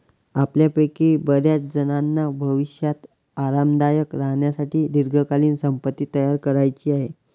आपल्यापैकी बर्याचजणांना भविष्यात आरामदायक राहण्यासाठी दीर्घकालीन संपत्ती तयार करायची आहे